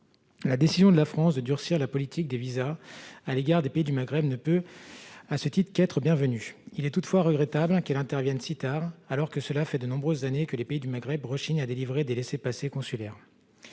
la décision de la France de durcir la politique des visas à l'égard des pays du Maghreb ne peut qu'être bienvenue. Il est toutefois regrettable qu'elle intervienne si tard, alors que cela fait de nombreuses années que les pays du Maghreb rechignent à délivrer des laissez-passer consulaires.